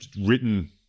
written